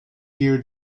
gear